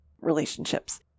relationships